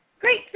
Great